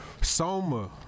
Soma